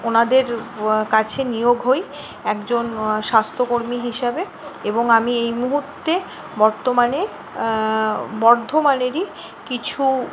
ওনাদের কাছে নিয়োগ হই একজন স্বাস্থ্যকর্মী হিসাবে এবং আমি এই মুহুর্তে বর্তমানে বর্ধমানেরই কিছু